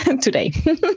today